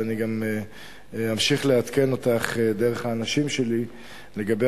ואני גם אמשיך לעדכן אותך דרך האנשים שלי לגבי